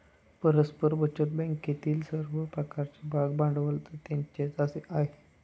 परस्पर बचत बँकेतील सर्व प्रकारचे भागभांडवल त्यांचेच आहे